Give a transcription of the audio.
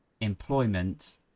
employment